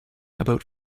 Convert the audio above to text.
about